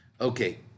Okay